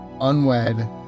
unwed